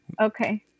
Okay